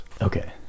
okay